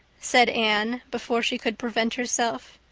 said anne, before she could prevent herself.